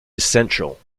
essential